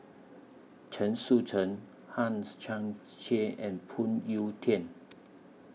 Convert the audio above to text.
Chen Sucheng Hangs Chang Chieh and Phoon Yew Tien